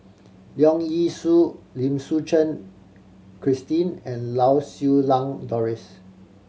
Leong Yee Soo Lim Suchen Christine and Lau Siew Lang Doris